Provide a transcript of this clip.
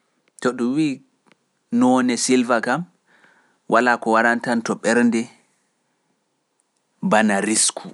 To ɗum wi noone silva kam walaa ko warantanto ɓernde bana risku.